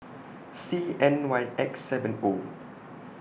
C N Y X seven O